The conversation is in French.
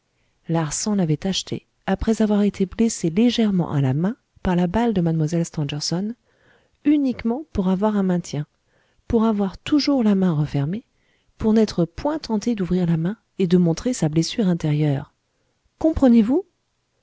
larsan l'avait achetée après avoir été blessé légèrement à la main par la balle de mlle stangerson uniquement pour avoir un maintien pour avoir toujours la main refermée pour n'être point tenté d'ouvrir la main et de montrer sa blessure intérieure comprenez-vous